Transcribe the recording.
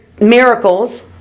miracles